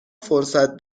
فرصت